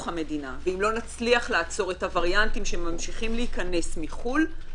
המדינה ואם לא נצליח לעצור את הוורייאנטים שממשיכים להיכנס מחו"ל,